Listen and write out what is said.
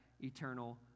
eternal